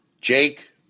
Jake